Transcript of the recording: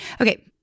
okay